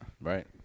Right